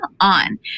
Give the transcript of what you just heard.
on